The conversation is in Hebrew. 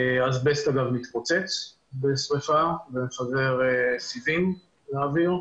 אסבסט אגב מתפוצץ בשריפה ומפזר סיבים לאוויר,